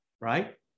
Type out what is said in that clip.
right